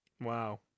Wow